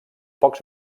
pocs